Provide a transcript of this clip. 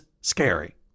scary